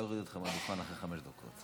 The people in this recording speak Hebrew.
לא יורידו אותך מהדוכן אחרי חמש דקות.